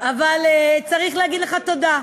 אבל צריך להגיד לך תודה.